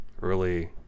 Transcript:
Early